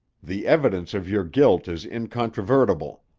the evidence of your guilt is incontrovertible.